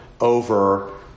over